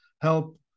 help